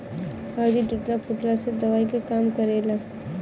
हरदी टूटला फुटला में दवाई के काम करेला